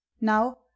now